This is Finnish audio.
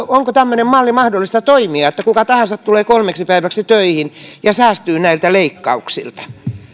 onko tämmöisen mallin mahdollista toimia että kuka tahansa tulee kolmeksi päiväksi töihin ja säästyy näiltä leikkauksilta